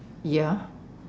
ya